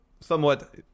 somewhat